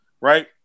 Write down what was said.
right